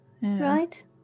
Right